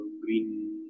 green